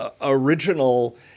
original